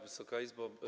Wysoka Izbo!